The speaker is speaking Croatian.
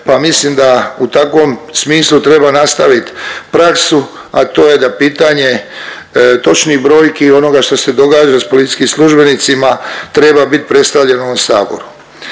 pa mislim da u takvom smislu treba nastavit praksu, a to je da pitanje točnih brojki i onoga što se događa s policijskim službenicima treba biti predstavljano ovom Saboru.